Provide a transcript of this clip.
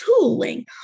tooling